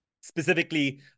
specifically